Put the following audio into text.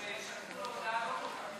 בגלל ששלחו לו הודעה לא כל כך,